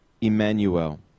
Emmanuel